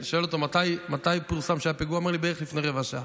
פיגוע בעם ישראל,